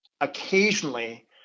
occasionally